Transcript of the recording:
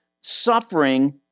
suffering